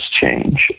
change